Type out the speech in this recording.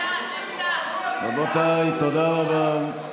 רבותיי, תודה רבה.